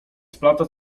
splata